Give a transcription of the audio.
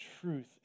truth